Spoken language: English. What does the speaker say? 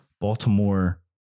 Baltimore